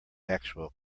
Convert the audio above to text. actual